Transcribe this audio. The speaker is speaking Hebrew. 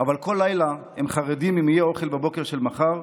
אבל כל לילה הם חרדים אם יהיה אוכל בבוקר של מחר,